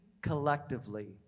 collectively